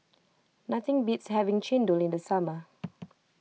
nothing beats having Chendol in the summer